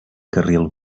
carril